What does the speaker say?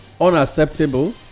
unacceptable